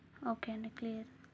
okay అండి clear